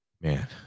man